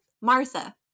Martha